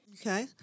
Okay